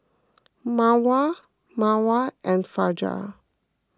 Mawar Mawar and Fajar